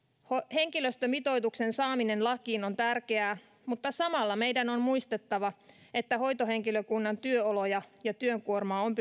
henkilöstömitoituksen saaminen lakiin on tärkeää mutta samalla meidän on muistettava että hoitohenkilökunnan työoloja ja työn kuormaa on